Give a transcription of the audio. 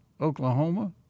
Oklahoma